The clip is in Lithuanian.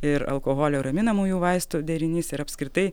ir alkoholio raminamųjų vaistų derinys ir apskritai